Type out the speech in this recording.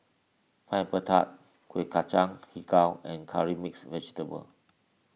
Pineapple Tart Kueh Kacang HiJau and Curry Mixed Vegetable